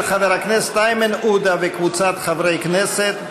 של חבר הכנסת איימן עודה וקבוצת חברי הכנסת.